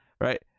Right